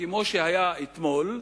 כמו שהיה אתמול,